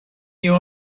you